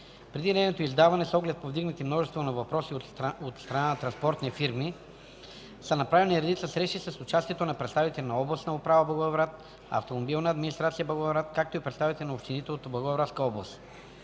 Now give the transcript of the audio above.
Преди нейното издаване, с оглед повдигнати множество въпроси от страна на транспортни фирми, са направени редица срещи с представители на областна управа – Благоевград, „Автомобилна администрация” – Благоевград, както и представители на общините от Благоевградска област.